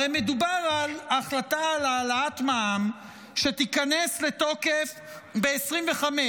הרי מדובר על החלטה על להעלאת מע"מ שתיכנס לתוקף ב-2025,